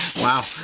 Wow